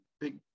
big